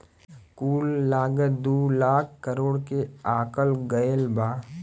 कुल लागत दू लाख करोड़ के आकल गएल बा